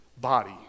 body